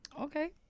okay